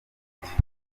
ahafite